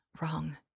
wrong